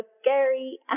scary